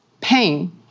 pain